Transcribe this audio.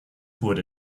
wurde